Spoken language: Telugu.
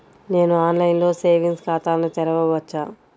నేను ఆన్లైన్లో సేవింగ్స్ ఖాతాను తెరవవచ్చా?